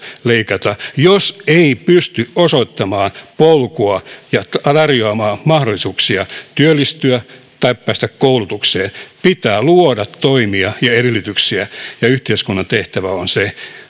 leikata jos ei pysty osoittamaan polkua ja tarjoamaan mahdollisuuksia työllistyä tai päästä koulutukseen pitää luoda toimia ja edellytyksiä ja yhteiskunnan tehtävä on se